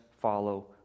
follow